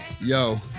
Yo